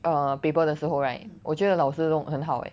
err paper 的时候 right 我觉得老师弄很好 eh